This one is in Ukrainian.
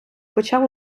почав